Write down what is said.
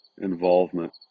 involvement